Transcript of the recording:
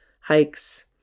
hikes